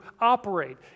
operate